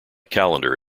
calendar